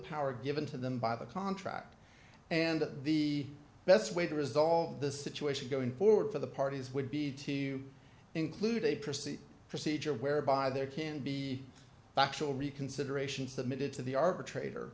power given to them by the contract and that the best way to resolve the situation going forward for the parties would be to include a procedure procedure whereby there can be factual reconsideration submitted to the arbitrator